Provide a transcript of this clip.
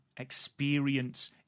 experience